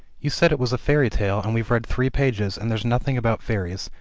you said it was a fairy tale, and we've read three pages, and there's nothing about fairies,